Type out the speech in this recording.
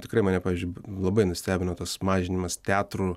tikrai mane pavyzdžiui b labai nustebino tas mažinimas teatrų